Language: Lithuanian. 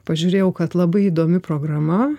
pažiūrėjau kad labai įdomi programa